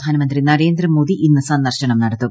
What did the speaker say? പ്രധാനമന്ത്രി നരേന്ദ്രമോദി ഇന്ന് സന്ദർശനം നടത്തും